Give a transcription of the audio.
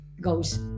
goes